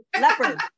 leopard